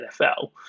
NFL